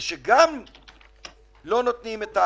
לא יהודים, לא בכלל,